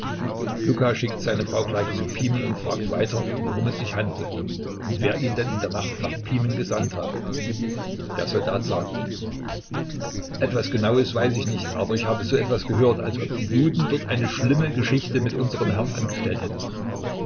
luka schickt seine frau gleich zu pimen und fragt weiter worum es sich handle und wer ihn in der nacht nach pimen gesandt habe der soldat sagt etwas gewisses weiß ich nicht aber ich habe so etwas gehört als ob die juden dort eine schlimme geschichte mit unserem herrn angestellt hätten